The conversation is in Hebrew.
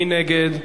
מי נגד?